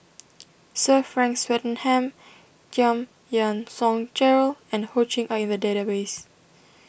Sir Frank Swettenham Giam Yean Song Gerald and Ho Ching are in the database